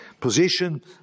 Position